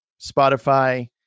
Spotify